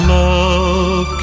love